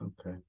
Okay